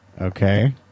Okay